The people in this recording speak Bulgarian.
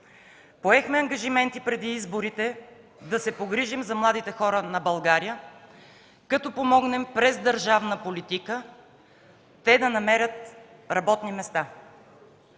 поехме ангажименти да се погрижим за младите хора на България, като помогнем през държавна политика те да намерят работни места.